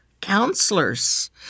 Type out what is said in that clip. counselors